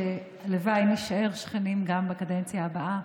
והלוואי שנישאר שכנים גם בקדנציה הבאה,